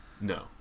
No